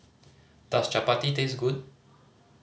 does chappati taste good